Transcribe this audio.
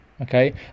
okay